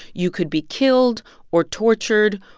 you could be killed or tortured,